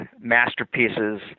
masterpieces